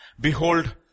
Behold